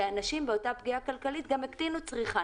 שאנשים באותה פגיעה כלכלית גם הקטינו צריכה,